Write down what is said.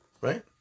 Right